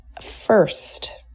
First